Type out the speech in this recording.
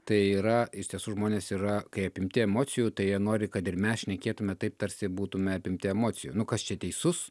tai yra iš tiesų žmonės yra kai apimti emocijų tai jie nori kad ir mes šnekėtume taip tarsi būtume apimti emocijų nu kas čia teisus